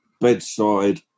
bedside